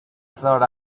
thought